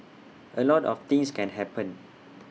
A lot of things can happen